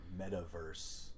metaverse